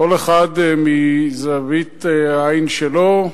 כל אחד מזווית העין שלו,